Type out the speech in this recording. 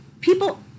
people